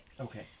Okay